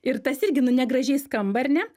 ir tas irgi nu negražiai skamba ar ne